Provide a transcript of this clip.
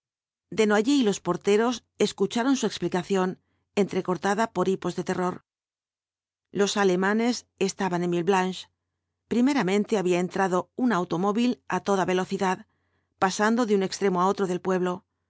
de horribles visiones desnoyers y los porteros escucharon su explicación entrecortada por hipos de terror los alemanes estaban en villeblanche primeramente había entrado un automóvil á toda velocidad pasando de un extremo á otro del pueblo su